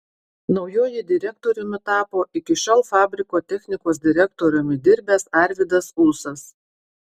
naujuoju direktoriumi tapo iki šiol fabriko technikos direktoriumi dirbęs arvydas ūsas